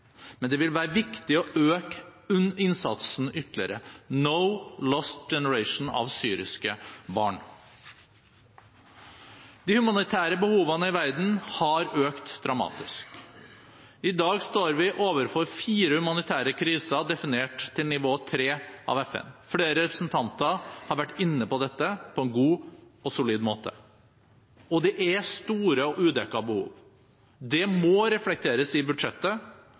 men det vil være viktig å øke innsatsen ytterligere. No lost generation av syriske barn! De humanitære behovene i verden har økt dramatisk. I dag står vi overfor fire humanitære kriser, definert til nivå 3 av FN. Flere representanter har vært inne på dette på en god og solid måte. Og det er store og udekkede behov. Det må reflekteres i budsjettet,